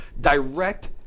direct